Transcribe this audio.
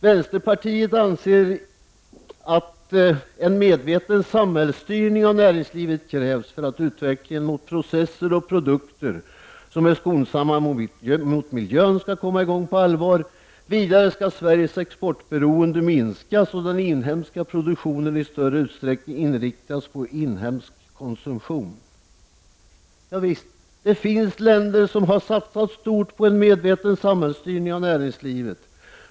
Vänsterpartiet anser att en medveten samhällsstyrning av näringslivet krävs för att utvecklingen mot processer och produkter som är skonsamma mot miljön skall komma i gång på allvar. Vidare skall Sveriges exportberoende minskas och den inhemska produktionen i större utsträckning inriktas på inhemsk konsumtion. Javisst, det finns länder som satsat stort på en medveten samhällsstyrning av näringslivet.